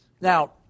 Now